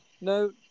no